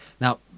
now